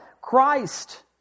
Christ